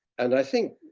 and i think